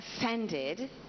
offended